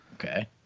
okay